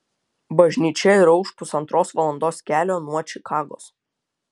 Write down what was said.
bažnyčia yra už pusantros valandos kelio nuo čikagos